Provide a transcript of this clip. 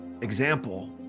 example